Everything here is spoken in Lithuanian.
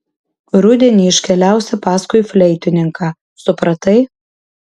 rudenį iškeliausi paskui fleitininką supratai